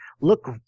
look